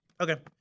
Okay